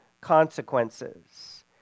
consequences